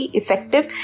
effective